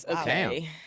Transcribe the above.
okay